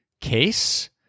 case